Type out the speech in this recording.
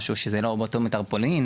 משהו שזה לא באותו מטרופולין,